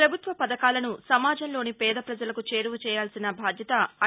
ప్రభుత్వ పథకాలను సమాజంలోని పేద్రపజలకు చేరువ చేయాల్సిన బాధ్యత ఐ